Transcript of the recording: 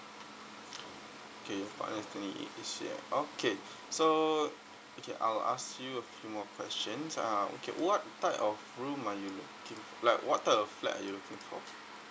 okay your partner is twenty eight this year okay so okay I'll ask you a few more questions uh okay what type of room are you looking like what type of flat are you looking for